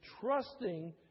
trusting